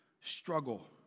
struggle